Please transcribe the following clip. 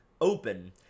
open